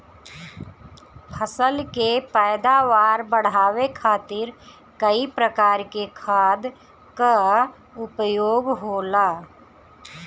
फसल के पैदावार बढ़ावे खातिर कई प्रकार के खाद कअ उपयोग होला